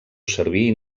servir